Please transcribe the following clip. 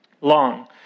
long